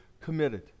committed